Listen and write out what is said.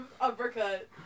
Uppercut